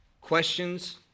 questions